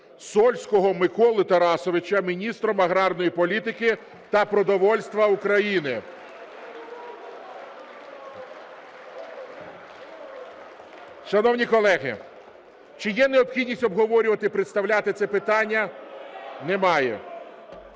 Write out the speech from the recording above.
Сольського Миколи Тарасовича Міністром аграрної політики та продовольства України. (Оплески) Шановні колеги, чи є необхідність обговорювати і представляти це питання? Немає.